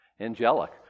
Angelic